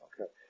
Okay